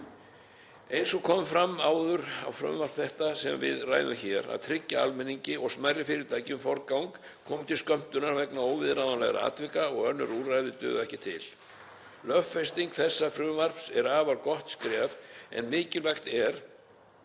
Eins og kom fram áður á frumvarp þetta sem við ræðum hér að tryggja almenningi og smærri fyrirtækjum forgang komi til skömmtunar vegna óviðráðanlegra atvika og önnur úrræði duga ekki til. Lögfesting þessa frumvarps er afar gott skref en mikilvægt er